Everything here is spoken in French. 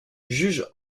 jugent